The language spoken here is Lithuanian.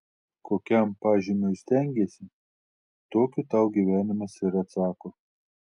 kokiam pažymiui stengiesi tokiu tau gyvenimas ir atsako